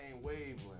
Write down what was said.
wavelength